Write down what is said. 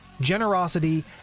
generosity